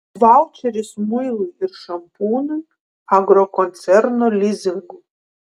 vaučeris muilui ir šampūnui agrokoncerno lizingu